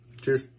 Cheers